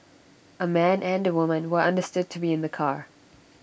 A man and A woman were understood to be in the car